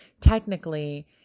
technically